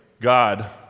God